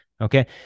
okay